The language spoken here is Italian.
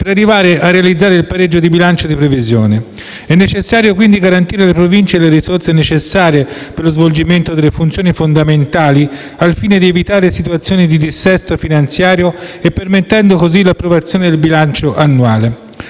per arrivare a realizzare il pareggio di bilancio di previsione. È necessario, quindi, garantire alle Province le risorse necessarie per lo svolgimento delle funzioni fondamentali al fine di evitare situazioni di dissesto finanziario e permettendo così l'approvazione del bilancio annuale.